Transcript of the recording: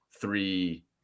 three